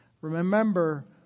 Remember